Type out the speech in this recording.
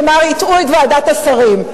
כלומר, הטעו את ועדת השרים.